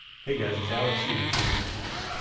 hey guys, it's alex c with tfbtv.